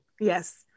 Yes